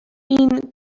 این